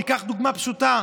ניקח דוגמה פשוטה.